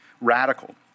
radical